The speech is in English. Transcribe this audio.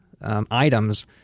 items